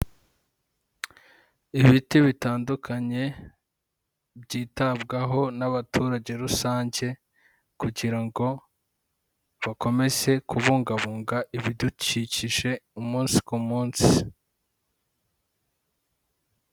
Ibiti bitandukanye byitabwaho n'abaturage rusange kugira ngo bakomeze kubungabunga ibidukikije umunsi ku munsi.